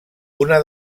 una